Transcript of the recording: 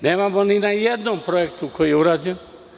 Nemamo ni na jednom projektu koji je urađen.